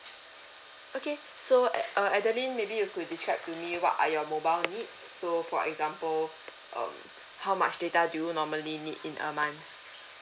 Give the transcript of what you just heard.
okay so uh adeline maybe you could describe to me what are your mobile needs so for example um how much data do you normally need in a month